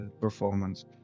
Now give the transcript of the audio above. performance